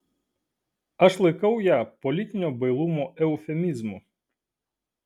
aš laikau ją politinio bailumo eufemizmu